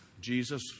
Jesus